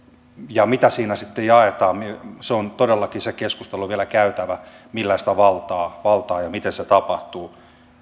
ja mitä siinä sitten jaetaan se on todellakin se keskustelu vielä käytävä millaista valtaa valtaa ja miten se tapahtuu